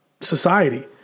society